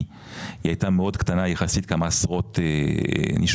היא הייתה מאוד קטנה יחסית כמה עשרות נישומים,